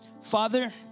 Father